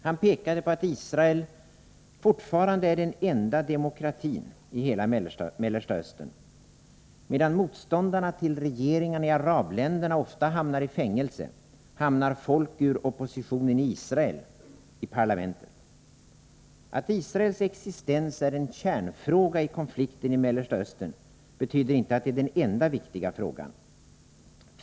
Han pekade på att Israel fortfarande är den enda demokratin i hela Mellersta Östern. Medan motståndare till regeringarna i arabländerna ofta hamnar i fängelse, hamnar folk ur oppositionen i Israel i parlamentet. Att Israels existens är en kärnfråga i konflikten i Mellersta Östern betyder inte att det är den enda viktiga frågan.